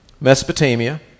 Mesopotamia